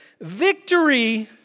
Victory